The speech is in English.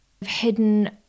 hidden